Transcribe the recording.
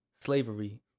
Slavery